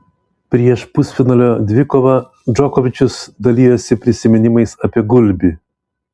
prieš pusfinalio dvikovą džokovičius dalijosi prisiminimais apie gulbį